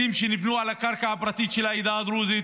בתים שנבנו על הקרקע הפרטית של העדה הדרוזית,